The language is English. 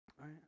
Right